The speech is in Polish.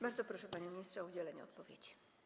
Bardzo proszę, panie ministrze, o udzielenie odpowiedzi.